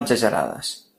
exagerades